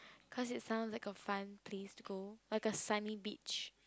cause it sound like a fun place to go like a sunny beach